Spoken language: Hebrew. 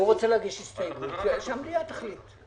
הוא רוצה להגיש הסתייגות שהמליאה תחליט.